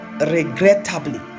regrettably